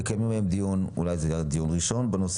אנחנו מקיימים היום דיון ראשון בנושא